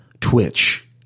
Twitch